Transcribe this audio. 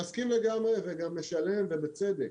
אני מסכים לגמרי וגם משלם, ובצדק.